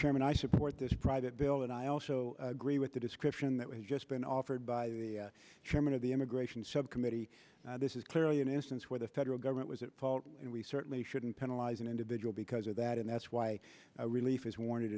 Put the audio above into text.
chairman i support this private bill and i also agree with the description that was just been offered by the chairman of the immigration subcommittee this is clearly an instance where the federal government was at fault and we certainly shouldn't penalize an individual because of that and that's why relief is warranted